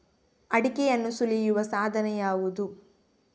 ಅಡಿಕೆಯನ್ನು ಸುಲಿಯುವ ಸಾಧನ ಯಾವುದು?